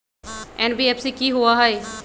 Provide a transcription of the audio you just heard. NBFC कि होअ हई?